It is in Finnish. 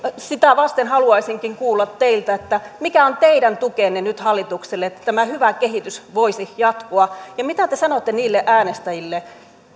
sitä vasten haluaisinkin kuulla teiltä mikä on teidän tukenne nyt hallitukselle että tämä hyvä kehitys voisi jatkua ja mitä te sanotte äänestäjille